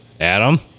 Adam